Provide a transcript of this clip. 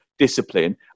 discipline